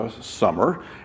summer